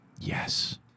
Yes